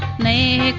may